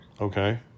Okay